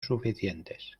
suficientes